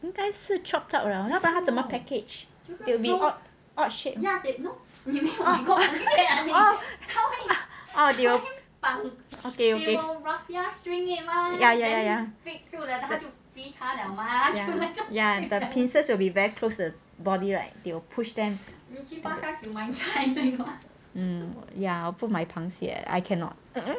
应该是 chopped up liao 要不然他怎么 package will be odd odd shape ya ya ya ya ya and that the pieces will be very close to the body right they will push them ya 不买螃蟹 I cannot